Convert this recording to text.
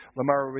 Lamar